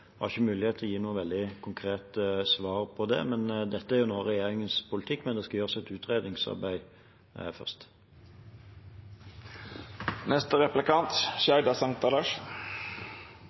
jeg har ikke mulighet til å gi noe veldig konkret svar på det. Dette er nå regjeringens politikk, men det skal gjøres et utredningsarbeid først.